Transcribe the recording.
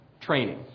Training